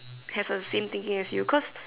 have the same thinking as you cause